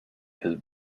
had